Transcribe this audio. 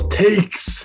takes